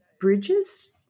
bridges